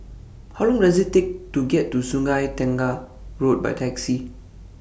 How Long Does IT Take to get to Sungei Tengah Road By Taxi